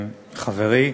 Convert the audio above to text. תודה רבה, חברי,